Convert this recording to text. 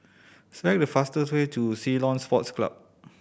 select the fastest way to Ceylon Sports Club